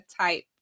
type